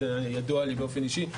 וזה ידוע לי באופן אישי.